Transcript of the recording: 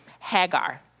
Hagar